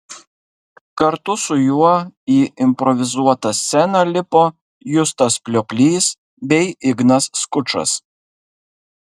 kartu su juo į improvizuotą sceną lipo justas plioplys bei ignas skučas